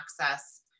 access